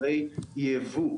והשלישית.